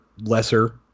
lesser